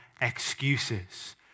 excuses